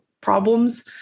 problems